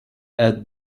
add